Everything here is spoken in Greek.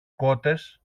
κότες